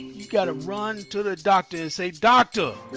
you gotta run to the doctor and say, doctor!